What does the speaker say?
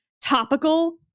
topical